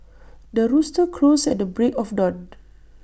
the rooster crows at the break of dawn